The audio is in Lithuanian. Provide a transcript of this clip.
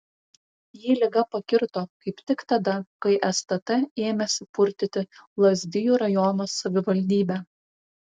jį liga pakirto kaip tik tada kai stt ėmėsi purtyti lazdijų rajono savivaldybę